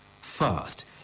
First